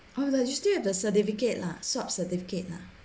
oh they still have the certificate lah swab certificate lah